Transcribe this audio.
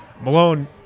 Malone